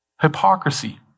hypocrisy